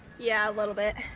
yeah, a little bit.